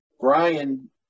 Brian